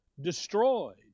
destroyed